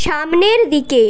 সামনের দিকে